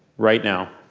right now.